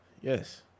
Yes